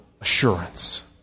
assurance